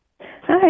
Hi